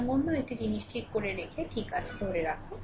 সুতরাং অন্য একটি জিনিস ঠিক ধরে রাখা ঠিক আছে এটি ধরে রাখা